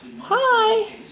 Hi